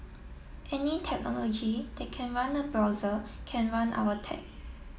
any technology that can run a browser can run our tech